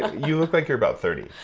you look like you're about thirty,